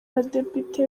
abadepite